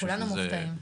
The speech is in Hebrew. כולנו מופתעים.